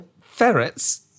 Ferrets